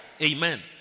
Amen